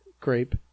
grape